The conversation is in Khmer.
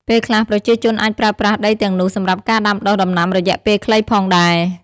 ពេលខ្លះប្រជាជនអាចប្រើប្រាស់ដីទាំងនោះសម្រាប់ការដាំដុះដំណាំរយៈពេលខ្លីផងដែរ។